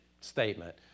statement